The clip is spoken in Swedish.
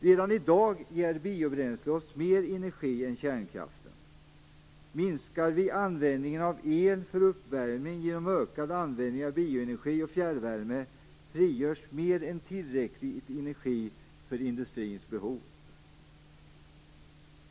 Redan i dag ger biobränsle oss mer energi än kärnkraften. Minskar vi användningen av el för uppvärmning genom ökad användning av bioenergi och fjärrvärme frigörs mer än tillräcklig energi för industrins behov.